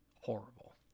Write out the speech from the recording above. horrible